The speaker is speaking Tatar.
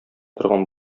торган